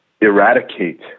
eradicate